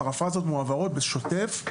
פרפרזות מועברות בשוטף.